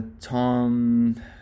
Tom